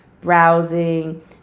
browsing